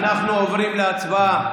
אל תערבבי, אנחנו עוברים להצבעה.